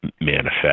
manifest